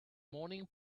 morning